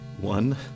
One